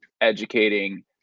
educating